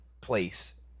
place